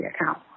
account